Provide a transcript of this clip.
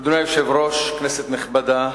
אדוני היושב-ראש, כנסת נכבדה,